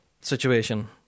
situation